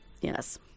Yes